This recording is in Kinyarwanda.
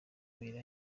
abiri